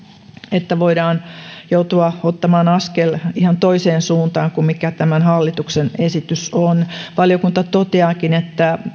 että voidaan joutua ottamaan askel ihan toiseen suuntaan kuin tämä hallituksen esitys on valiokunta toteaakin että